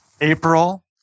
April